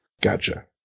Gotcha